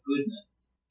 goodness